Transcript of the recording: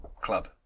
club